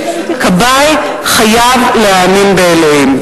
כבאי חייב להאמין באלוהים.